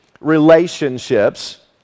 relationships